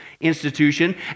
institution